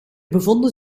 bevonden